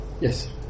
Yes